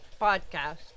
podcast